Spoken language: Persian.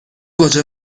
گوجه